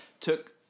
took